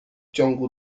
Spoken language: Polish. ciągu